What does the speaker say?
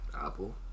apple